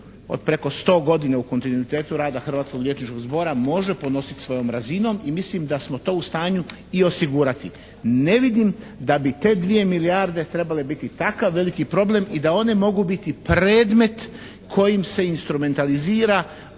od preko 100 godina u kontinuitetu rada Hrvatskog liječničkog zbora može ponositi svojom razinom i mislim da smo to u stanju i osigurati. Ne vidim da bi te dvije milijarde trebale biti takav veliki problem i da one mogu biti predmet kojim se instrumentalizira